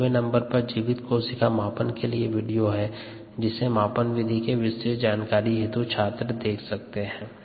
सोलहवें नंबर पर जीवित कोशिका मापन के लिए वीडियो हैं जिसे मापन विधि के विस्तृत जानकारी हेतु छात्र देख सकते हैं